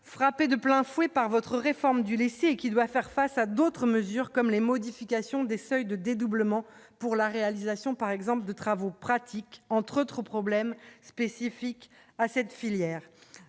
frappée de plein fouet par votre réforme du lycée qui doit faire face à d'autres mesures comme les modifications des seuils de dédoublement pour la réalisation, par exemple, de travaux pratiques entre autres problèmes spécifiques à cette filière,